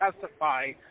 testify